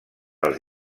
els